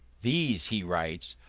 these, he writes,